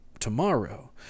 tomorrow